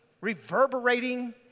reverberating